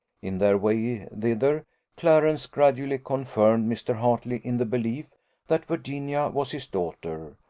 in their way thither clarence gradually confirmed mr. hartley in the belief that virginia was his daughter,